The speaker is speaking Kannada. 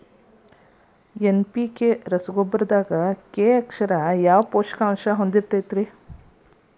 ಎನ್.ಪಿ.ಕೆ ರಸಗೊಬ್ಬರದಾಗ ಕೆ ಅಕ್ಷರವು ಯಾವ ಪೋಷಕಾಂಶವನ್ನ ಪ್ರತಿನಿಧಿಸುತೈತ್ರಿ?